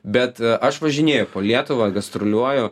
bet aš važinėju po lietuvą gastroliuoju